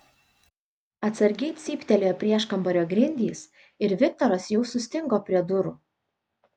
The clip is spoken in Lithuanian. atsargiai cyptelėjo prieškambario grindys ir viktoras jau sustingo prie durų